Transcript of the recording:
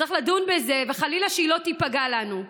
צריך לדון בזה, וחלילה, שהיא לא תיפגע לנו.